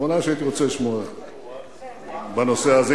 האחרונה שהייתי רוצה לשמוע, ממך, בנושא הזה.